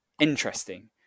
interesting